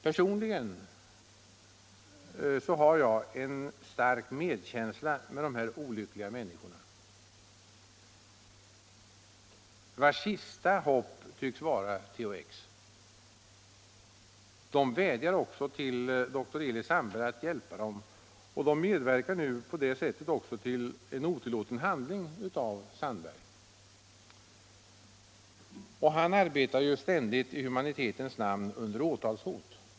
Personligen har jag en stark medkänsla med de här olyckliga människorna, vilkas sista hopp tycks vara THX. De vädjar också till doktor Elis Sandberg att hjälpa dem, och de medverkar på det sättet även till en otillåten handling från doktor Sandbergs sida, som ju under åtalshot ständigt arbetar i humanitetens tjänst.